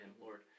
Lord